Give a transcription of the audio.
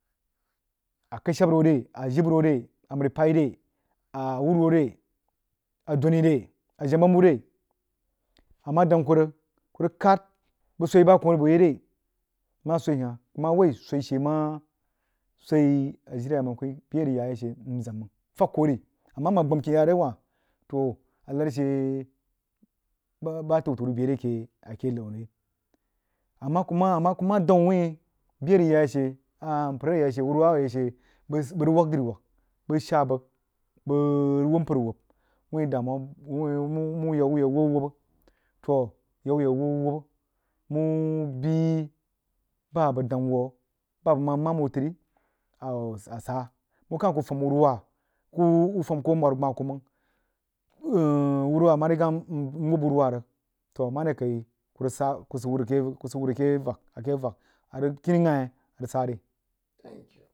Laəshabba ro re a jəja ro re amərí paí re a wururo re a doni re a jena-bɛnibu re a nɛh dang kuh rig kuh rig kah bəg swoí bah kuh bo yaí re mah swoi hat a mah woí swoí she mah swoí ajilai a dang kah yí bəa ang yal yaí she nzəmang fɛg kol ví amɛh and gban luin yɛh re wah toh alar she bah təu təu rig bie re akeh luu nəng rí ɛ mah kuh dang wuh wuin beh a rig yaí she ahah mpər a yah she wuru a yag she kuh rig wag drí wag bəg shar bəg rig wub mpər wub wuí wuh yag wuh yak wub a wubba to ya wuh yale wub ɛnlebba muh bii bah abəg adang wuh bal ɛ bəg mah mara wuh trí asah wuh kah kuh fem wunha koh wuh fem aneng gbe kuh mang mah rig gen uluab unmual rig ta marekaí kuh sid wuh rig kah vak kinighaí a rig sel rí.